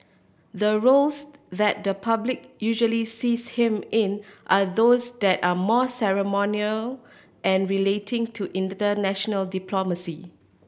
the roles that the public usually sees him in are those that are more ceremonial and relating to international diplomacy